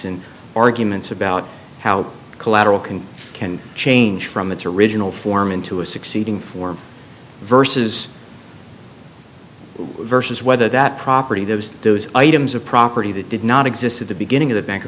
and arguments about how the collateral can can change from its original form into a succeeding form versus versus whether that property those those items of property that did not exist at the beginning of the bank